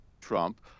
trump